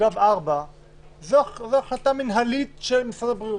זו החלטה מינהלית של משרד הבריאות.